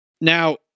Now